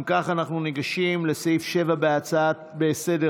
אנחנו ניגשים לסעיף 7 בסדר-היום,